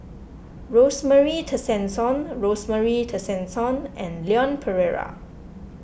Rosemary Tessensohn Rosemary Tessensohn and Leon Perera